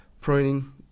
Pruning